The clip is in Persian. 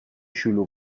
شلوغ